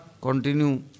continue